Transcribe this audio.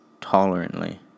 tolerantly